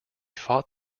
fought